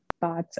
thoughts